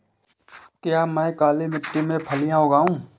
क्या मैं काली मिट्टी में फलियां लगाऊँ?